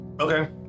Okay